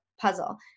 puzzle